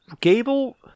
gable